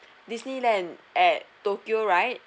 disneyland at tokyo right